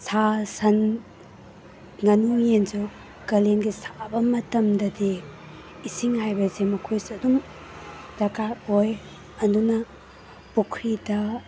ꯁꯥ ꯁꯟ ꯉꯥꯅꯨ ꯌꯦꯟꯁꯨ ꯀꯥꯂꯦꯟꯒꯤ ꯁꯥꯕ ꯃꯇꯝꯗꯗꯤ ꯏꯁꯤꯡ ꯍꯥꯏꯕꯁꯤ ꯃꯈꯣꯏꯁꯨ ꯑꯗꯨꯝ ꯗꯔꯀꯥꯔ ꯑꯣꯏ ꯑꯗꯨꯅ ꯄꯨꯈ꯭ꯔꯤꯗ